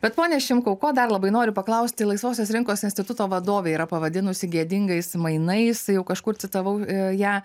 bet pone šimkau ko dar labai noriu paklausti laisvosios rinkos instituto vadovė pavadinusi gėdingais mainais jau kažkur citavau ją